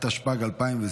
התשפ"ג 2023,